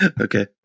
Okay